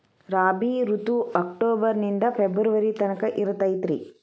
ರಾಬಿ ಋತು ಅಕ್ಟೋಬರ್ ನಿಂದ ಫೆಬ್ರುವರಿ ತನಕ ಇರತೈತ್ರಿ